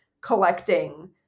collecting